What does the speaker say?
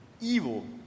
evil